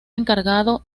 encargado